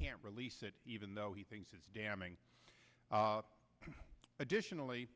can't release it even though he thinks it's damning additionally